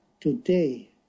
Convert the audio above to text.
today